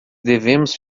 devemos